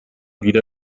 wieder